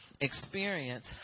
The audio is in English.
experience